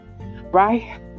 right